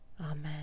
Amen